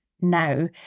now